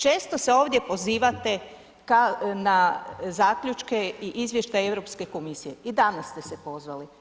Često se ovdje pozivate na zaključke i izvještaj Europske komisije, i danas ste se pozvali.